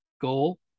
goal